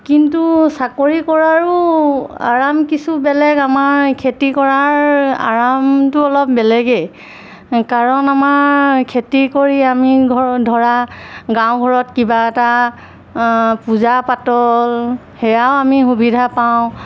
কিন্তু চাকৰি কৰাৰো আৰাম কিছু বেলেগ আমাৰ খেতি কৰাৰ আৰামটো অলপ বেলেগেই কাৰণ আমাৰ খেতি কৰি আমি ধৰা গাঁও ঘৰত কিবা এটা পূজা পাতল সেয়াও আমি সুবিধা পাওঁ